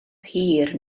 hir